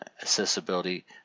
accessibility